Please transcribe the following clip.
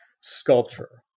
sculpture